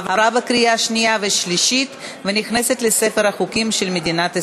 עבר בקריאה השנייה והשלישית ונכנס לספר החוקים של מדינת ישראל.